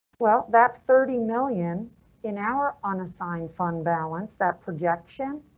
well that thirty million in our unassigned fund balance that projection.